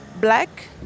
black